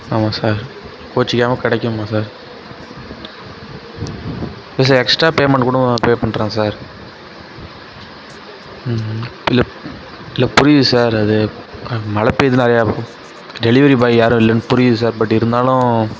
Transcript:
ஆமாம் சார் கோச்சிக்காமல் கிடைக்குமா சார் இல்லை சார் எக்ஸ்ட்ரா பேமண்ட்டு கூடம் பே பண்ணுறேன் சார் இல்ல இல்லை புரியுது சார் அது மழை பெய்யுதுனு நிறையா ஃபு டெலிவரி பாய் யாரும் இல்லன்னு புரியுது சார் பட் இருந்தாலும்